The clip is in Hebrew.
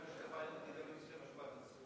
שהבאת משקפיים רק כדי להגיד את המשפט הזה.